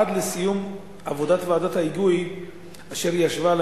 עד לסיום עבודת ועדת ההיגוי אשר ישבה על